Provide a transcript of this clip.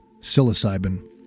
psilocybin